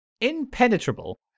impenetrable